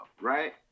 right